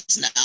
now